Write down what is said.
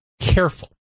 careful